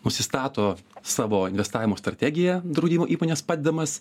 nusistato savo investavimo strategiją draudimo įmonės padedamas